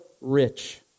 rich